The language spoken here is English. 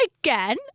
again